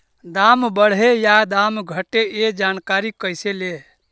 दाम बढ़े या दाम घटे ए जानकारी कैसे ले?